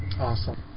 Awesome